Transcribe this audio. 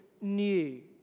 new